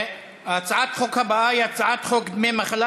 הצעת החוק הבאה היא הצעת חוק דמי מחלה